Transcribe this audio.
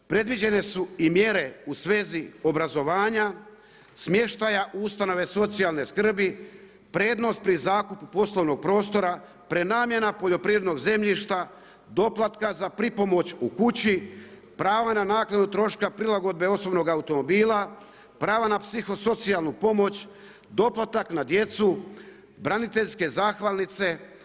Predviđene su i mjere u svezi obrazovanja, smještaja u ustanove socijalne skrbi, prednost pri zakupu poslovnog prostora, prenamjena poljoprivrednog zemljišta, doplatka za pripomoć u kući, pravo na naknadu troška prilagodbe osobnog automobila, prava na psihosocijalnu pomoć, doplatak na djecu, braniteljske zahvalnice.